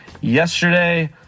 Yesterday